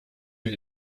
mit